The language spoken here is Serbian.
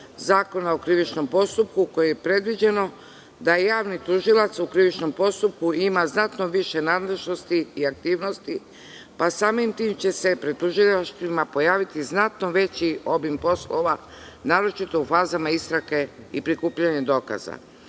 Zakona o krivičnom postupku, kojim je predviđeno da javni tužilac u krivičnom postupku ima znatno više nadležnosti i aktivnosti, pa samim tim će se pred tužilaštvima pojaviti znatno veći obim poslova, naročito u fazama istrage i prikupljanja dokaza. Mislim